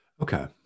Okay